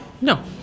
No